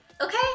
Okay